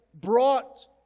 brought